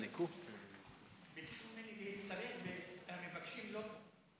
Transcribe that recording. אני מקשיב לו.